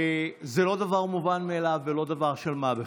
זה לא דבר מובן מאליו ולא דבר של מה בכך.